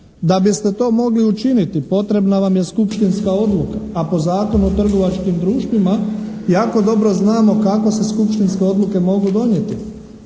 Da biste to mogli učiniti potrebna vam je skupštinska odluka, a po Zakonu o trgovačkim društvima jako dobro znamo kako se skupštinske odluke mogu donijeti.